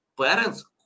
parents